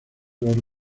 los